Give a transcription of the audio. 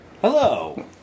Hello